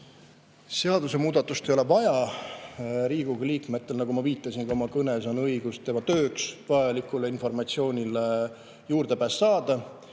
Seadusemuudatust ei ole vaja. Riigikogu liikmetel, nagu ma viitasin ka oma kõnes, on õigus tööks vajalikule informatsioonile juurdepääs saada.